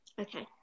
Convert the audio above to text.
okay